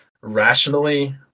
rationally